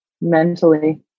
mentally